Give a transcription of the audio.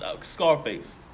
Scarface